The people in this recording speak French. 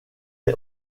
est